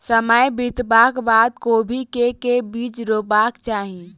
समय बितबाक बाद कोबी केँ के बीज रोपबाक चाहि?